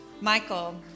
Michael